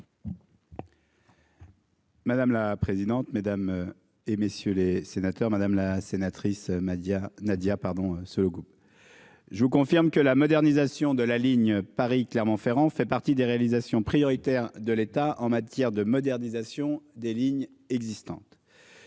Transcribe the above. Madame la présidente, mesdames et messieurs les sénateurs, madame la sénatrice, Nadia, Nadia pardon ce logo. Je vous confirme que la modernisation de la ligne Paris-Clermont-Ferrand fait partie des réalisations prioritaires de l'État en matière de modernisation des lignes existantes.